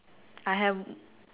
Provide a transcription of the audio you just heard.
I have